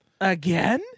Again